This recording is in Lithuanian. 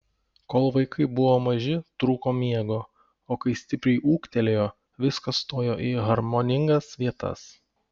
kol vaikai buvo maži trūko miego o kai stipriai ūgtelėjo viskas stojo į harmoningas vietas